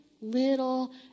little